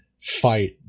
fight